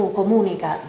comunica